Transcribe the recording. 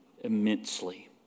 immensely